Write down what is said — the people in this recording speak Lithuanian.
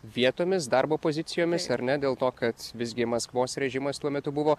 vietomis darbo pozicijomis ar ne dėl to kad visgi maskvos režimas tuo metu buvo